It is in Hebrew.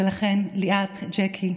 ולכן, ליאת, ג'קי,